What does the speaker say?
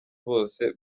bose